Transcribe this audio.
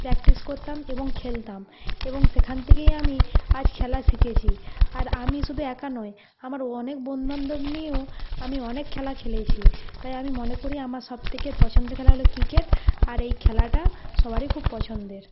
practice করতাম এবং খেলতাম এবং সেখান থেকেই আমি আজ খেলা শিখেছি আর আমি শুধু একা নয় আমার অনেক বন্ধুবান্ধব নিয়েও আমি অনেক খেলা খেলেছি তাই আমি মনে করি আমার সবথেকে পছন্দের খেলা হল ক্রিকেট আর এই খেলাটা সবারই খুব পছন্দের